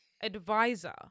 advisor